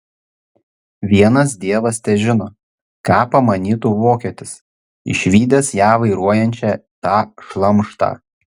vienas dievas težino ką pamanytų vokietis išvydęs ją vairuojančią tą šlamštą